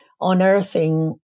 unearthing